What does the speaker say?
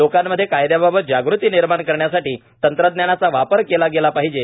लोकांमध्ये कायदयाबाबत जागृती निर्माण करण्यासाठी तंत्रज्ञानाचा वापर केला गेला पाहिजे